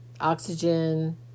Oxygen